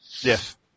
Yes